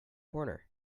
corner